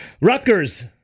Rutgers